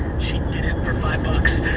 she did it for five bucks,